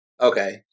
Okay